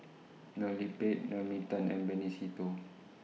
Loh Lik Peng Naomi Tan and Benny Se Teo